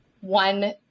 one